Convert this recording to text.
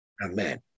Amen